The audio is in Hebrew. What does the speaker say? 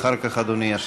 אחר כך אדוני ישיב.